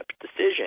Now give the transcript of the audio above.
decision